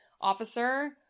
officer